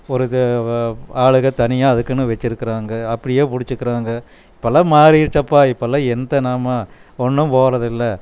ஒரு இது ஒரு ஆளுங்கள் தனியாக அதுக்குனு வெச்சுருக்குறாங்க அப்படியே பிடிச்சிக்கிறாங்க இப்பெல்லாம் மாறிடுச்சப்பா இப்பெெல்லாம் எந்த நம்ம ஒன்றும் போகிறதில்ல